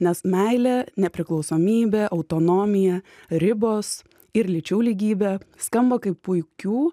nes meilė nepriklausomybė autonomija ribos ir lyčių lygybė skamba kaip puikių